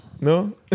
No